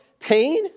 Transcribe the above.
pain